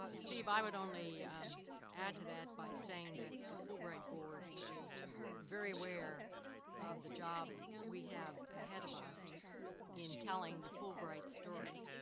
ah steve, i would only add to that by saying that the fulbright board is very aware of the job we have ahead of us in telling the fulbright story.